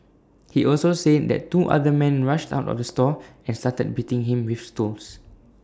he also said that two other man rushed out of the store and started beating him with stools